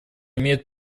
имеет